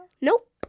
Nope